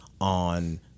on